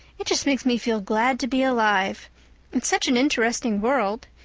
it just makes me feel glad to be alive it's such an interesting world.